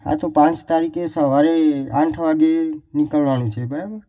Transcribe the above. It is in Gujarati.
હા તો પાંચ તારીખે સવારે આઠ વાગે નીકળવાનું છે બરાબર